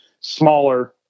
smaller